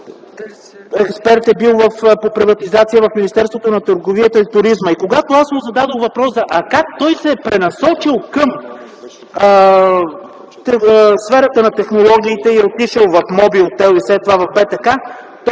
е експерт по приватизация в Министерството на търговията и туризма. Когато му зададох въпроса как се е пренасочил към сферата на технологиите и е отишъл в „Мобилтел”, а след това в БТК, той